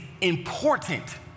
important